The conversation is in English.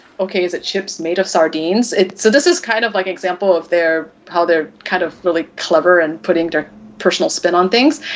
okay, is it chips made of sardines. so this is kind of like example of their how they're kind of really clever and putting their personal spin on things.